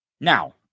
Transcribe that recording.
Now